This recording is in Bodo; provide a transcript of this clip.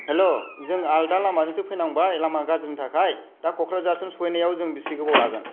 हेल' जों आलदा लामाजोंसो फैनांबाय लामा गाज्रिनि थाखाय दा क'क्राझारसिम सहैनायाव जों बेसे गोबाव लागोन